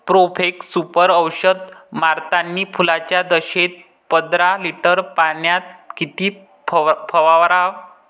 Profex Super औषध मारतानी फुलाच्या दशेत पंदरा लिटर पाण्यात किती फवाराव?